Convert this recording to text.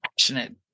passionate